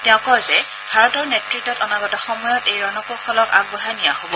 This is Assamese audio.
তেওঁ কয় যে ভাৰতৰ নেত্ৰত অনাগত সময়ত এই ৰণকৌশলক আগবঢ়াই নিয়া হব